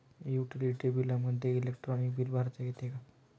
Utility बिलामध्ये electronic bill भरता येते का?